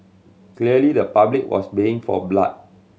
clearly the public was baying for blood